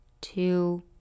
two